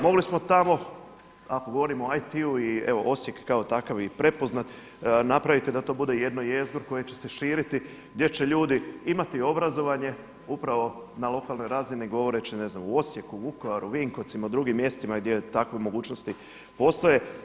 Mogli smo tako, ako govorimo o IT-u i evo Osijek kao takva i prepoznat napraviti da to bude jedno … koje će se širiti, gdje će ljudi imati obrazovanje upravo na lokalnoj razini govoreći ne znam u Osijeku, Vukovaru, Vinkovcima i drugim mjestima gdje takve mogućnosti postoje.